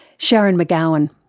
sharon mcgowan.